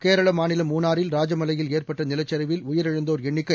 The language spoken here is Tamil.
கேரள மாநிலம் மூணாறில் ராஜமலையில் ஏற்பட்ட நிலச்சரிவில் உயிரிழந்தோர் எண்ணிக்கை